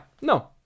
No